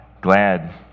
Glad